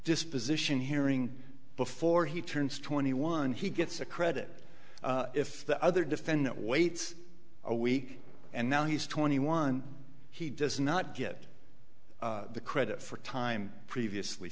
disposition hearing before he turns twenty one he gets a credit if the other defendant waits a week and now he's twenty one he does not get the credit for time previously